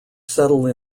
settle